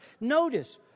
Notice